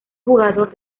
jugador